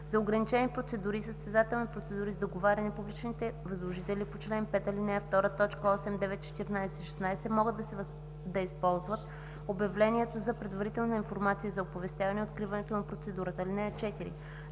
За ограничени процедури и състезателни процедури с договаряне публичните възложители по чл. 5, ал. 2, т. 8, 9, 14 и 16 могат да използват обявлението за предварителна информация за оповестяване откриването на процедура.